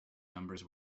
numbers